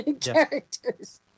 characters